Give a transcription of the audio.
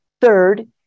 third